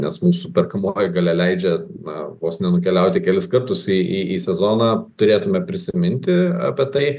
nes mūsų perkamoji galia leidžia na vos ne nukeliauti kelis kartus į į sezoną turėtume prisiminti apie tai